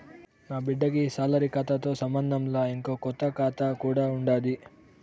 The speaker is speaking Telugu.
నాబిడ్డకి ఈ సాలరీ కాతాతో సంబంధంలా, ఇంకో కొత్త కాతా కూడా ఉండాది